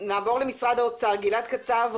נעבור למשרד האוצר גלעד קצב,